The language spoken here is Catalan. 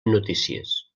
notícies